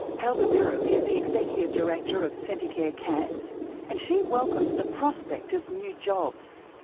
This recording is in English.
helga biro is the executive director of centacare cairns and she welcomes the prospect of new jobs.